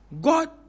God